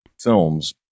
films